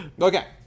Okay